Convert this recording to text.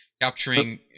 capturing